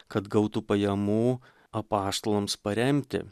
kad gautų pajamų apaštalams paremti